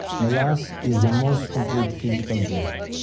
melas is the most complete physical black.